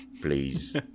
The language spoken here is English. please